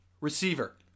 Receiver